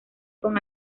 con